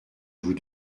vous